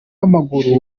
wamaguru